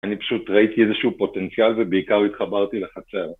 אני פשוט ראיתי איזשהו פוטנציאל ובעיקר התחברתי לחצר.